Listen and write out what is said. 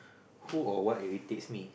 who or what irritates me